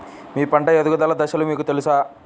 మీ పంట ఎదుగుదల దశలు మీకు తెలుసా?